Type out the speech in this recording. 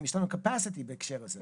אם יש לנו capacity בהקשר הזה.